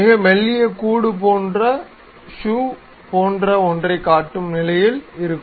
மிக மெல்லிய கூடு ஒன்று ஷூ போன்ற ஒன்றைக் கட்டும் நிலையில் இருக்கும்